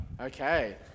Okay